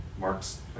Mark's